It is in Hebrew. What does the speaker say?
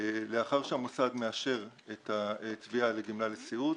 לאחר שהמוסד מאשר את התביעה לגמלה לסיעוד,